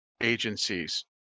agencies